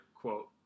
quote